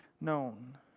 known